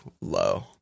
low